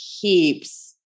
keeps